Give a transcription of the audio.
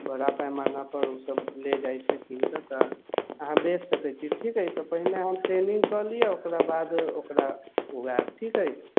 बड़ा पैमाना पर ओ सब ले जाइत छथिन तऽ अहाँ बेच सकैत छी ठीक अछि तऽ पहिने हम ट्रेनिङ्ग कऽ लिअऽ ओकर बाद ओकरा ओएह ठीक हइ